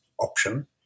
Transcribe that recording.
option